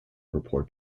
report